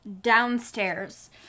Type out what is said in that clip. downstairs